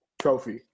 trophy